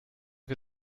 wir